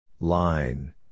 Line